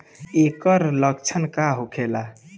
ऐकर लक्षण का होखेला?